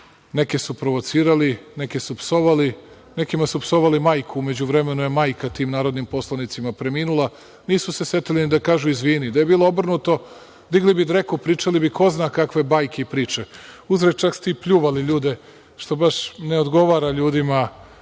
neke su provocirali, neke su psovali, nekima su psovali majku. U međuvremenu je majka tim narodnim poslanicima preminula, a nisu se setili ni da kažu – izvini. Da je bilo obrnuto, digli bi dreku, pričali bi ko zna kakve bajke i priče. Uzgred, čak ste i pljuvali ljude, što baš ne odgovara ljudima